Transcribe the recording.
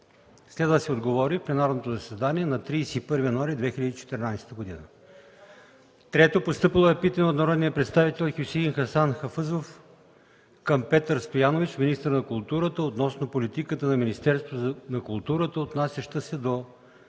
Следва да се отговори в пленарното заседание на 31 януари 2014 г. 3. Постъпило е питане от народния представител Хюсеин Хасан Хафъзов към Петър Стоянович – министър на културата, относно политиката на Министерството на културата, отнасяща се до